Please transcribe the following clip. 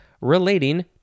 Relating